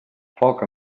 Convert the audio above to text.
foc